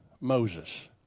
Moses